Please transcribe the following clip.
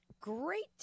great